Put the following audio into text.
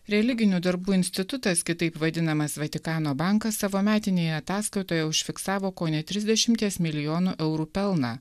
religinių darbų institutas kitaip vadinamas vatikano bankas savo metinėje ataskaitoje užfiksavo kone trisdešimties milijonų eurų pelną